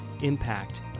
impact